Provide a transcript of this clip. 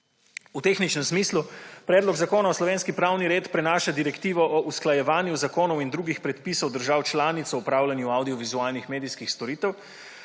V tehničnem smislu predlog zakona v slovenski pravni red prinaša Direktivo o usklajevanju nekaterih zakonov in drugih prepisov držav članic o opravljanju avdiovizualnih medijskih storitev.